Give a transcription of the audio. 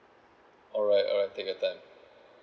alright alright take your time